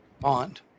bond